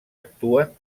actuen